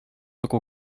уку